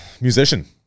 Musician